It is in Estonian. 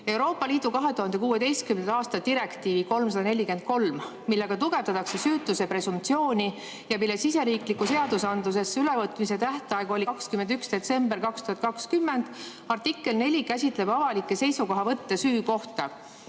Euroopa Liidu 2016. aasta direktiivi 343, millega tugevdatakse süütuse presumptsiooni ja mille siseriiklikku seadusandlusesse ülevõtmise tähtaeg oli 21. detsember 2020, artikkel 4 käsitleb avalikke seisukohavõtte süü kohta.